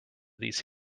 these